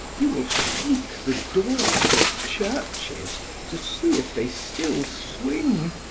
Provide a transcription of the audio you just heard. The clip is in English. you will shake the doors of churches to see if they still swing,